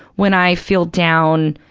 when i feel down,